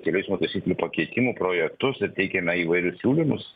kelių eismo taisyklių pakeitimų projektus ir teikiame įvairius siūlymus